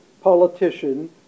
politician